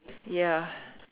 ya